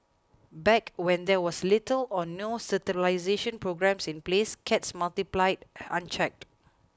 back when there was little or no sterilisation programme in place cats multiplied unchecked